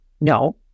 No